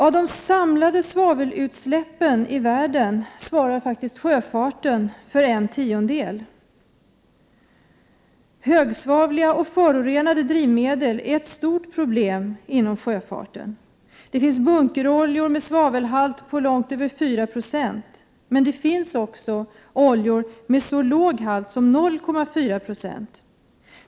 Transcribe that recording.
Av de samlade svavelutsläppen i världen svarar faktiskt sjöfarten för en tiondel. Höga svavelhalter och förorenande drivmedel är ett stort problem inom sjöfarten. Det finns bunkeroljor med svavelhalt på långt över 4 90, men det finns också oljor med så låg halt som 0,4 96.